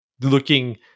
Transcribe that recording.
Looking